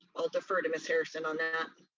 i'll defer to miss harrison on that.